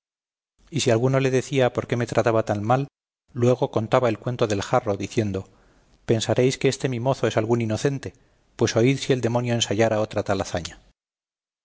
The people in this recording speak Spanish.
y si alguno le decía por qué me trataba tan mal luego contaba el cuento del jarro diciendo pensaréis que este mi mozo es algún inocente pues oíd si el demonio ensayara otra tal hazaña